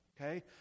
okay